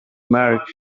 mark